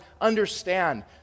understand